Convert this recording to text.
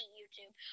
YouTube